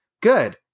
Good